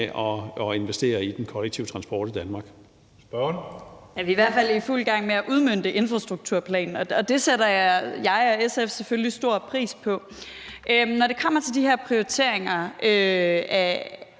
Spørgeren. Kl. 17:12 Sofie Lippert (SF): Vi er i hvert fald i fuld gang med at udmønte infrastrukturplanen, og det sætter jeg og SF selvfølgelig stor pris på. Når det kommer til de her prioriteringer i